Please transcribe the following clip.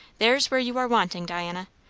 there's where you are wanting, diana.